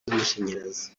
n’amashanyarazi